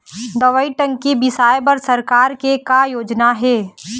दवई टंकी बिसाए बर सरकार के का योजना हे?